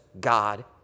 God